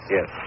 Yes